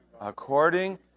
According